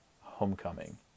Homecoming